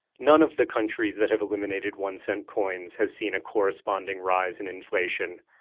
none of the countries that have eliminated one cent coins has seen a corresponding rise in inflation,